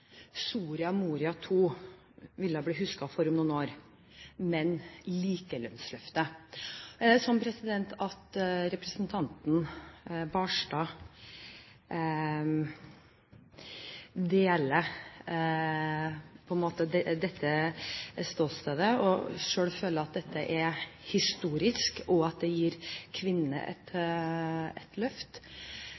Soria Moria II ville bli husket for om noen år, men likelønnsløftet. Er det sånn at representanten Barstad deler dette ståstedet og selv føler at dette er historisk, og at det gir kvinnene et